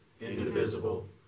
indivisible